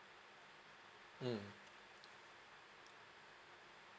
mm